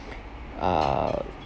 um